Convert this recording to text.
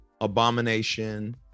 Abomination